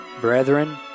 brethren